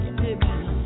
baby